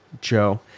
Joe